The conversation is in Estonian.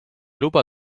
luba